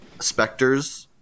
specters